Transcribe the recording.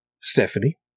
Stephanie